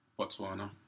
Botswana